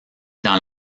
dans